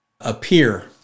appear